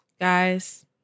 Guys